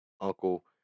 Uncle